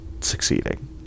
succeeding